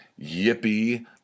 Yippee